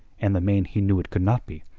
and the main he knew it could not be,